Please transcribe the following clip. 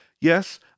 Yes